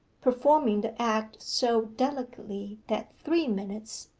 performing the act so delicately that three minutes,